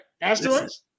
Asteroids